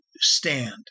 stand